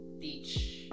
teach